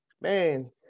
man